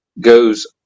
goes